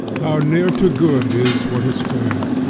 how near to good is what is fair!